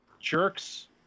jerks